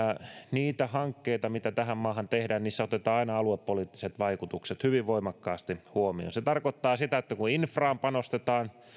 niissä hankkeissa mitä tähän maahan tehdään otetaan aina aluepoliittiset vaikutukset hyvin voimakkaasti huomioon se tarkoittaa sitä että infraan panostetaan